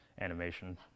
animation